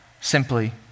simply